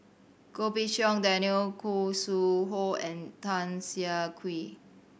Goh Pei Siong Daniel Khoo Sui Hoe and Tan Siah Kwee